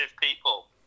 people